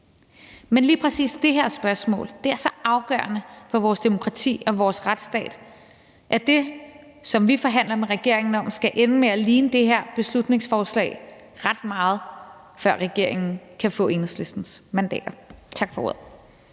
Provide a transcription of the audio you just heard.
Men lige præcis det her spørgsmål er så afgørende for vores demokrati og vores retsstat, at det, som vi forhandler med regeringen om, skal ende med at ligne det her beslutningsforslag ret meget, før regeringen kan få Enhedslistens mandater. Tak for ordet.